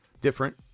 Different